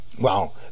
Wow